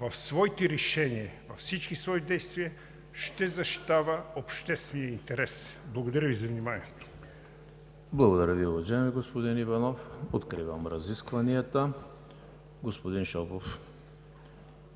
в своите решения, във всички свои действия, ще защитава обществения интерес. Благодаря Ви за вниманието. ПРЕДСЕДАТЕЛ ЕМИЛ ХРИСТОВ: Благодаря Ви, уважаеми господин Иванов. Откривам разискванията. Господин Шопов,